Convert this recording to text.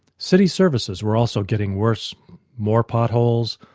city services were also getting worse more potholes,